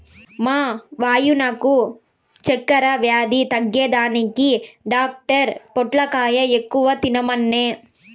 మా వాయినకు చక్కెర వ్యాధి తగ్గేదానికి డాక్టర్ పొట్లకాయ ఎక్కువ తినమనె